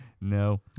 No